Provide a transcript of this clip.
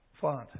font